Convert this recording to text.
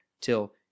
till